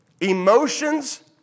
Emotions